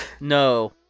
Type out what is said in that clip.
No